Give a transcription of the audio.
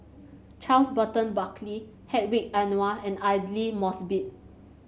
Charles Burton Buckley Hedwig Anuar and Aidli Mosbit